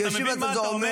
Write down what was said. אתה מבין מה אתה אומר?